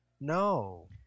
no